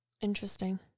Interesting